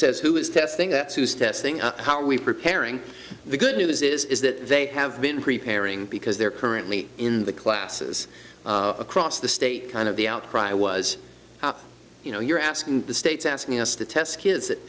says who is testing that's who's testing how are we preparing the good news is that they have been preparing because they're currently in the classes across the state kind of the outcry was you know you're asking the states asking us to test kids that